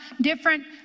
different